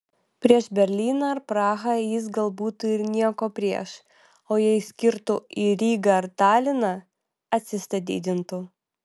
prieš berlyną ar prahą jis gal būtų ir nieko prieš o jei skirtų į rygą ar taliną atsistatydintų